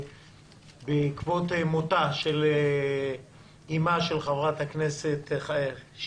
בעקבות מותה של אימה של חברת הוועדה,